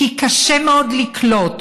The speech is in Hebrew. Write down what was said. כי קשה מאוד לקלוט: